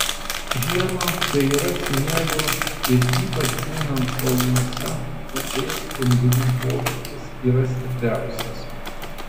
žiemą kai yra sniego ir ypač būnant kalnuose uv spindulių poveikis yra stipriausias